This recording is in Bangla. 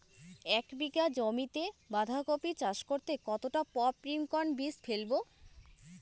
এক বিঘা জমিতে বাধাকপি চাষ করতে কতটা পপ্রীমকন বীজ ফেলবো?